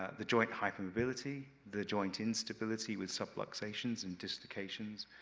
the joint hypermobility, the joint instability with subluxations and dislocations,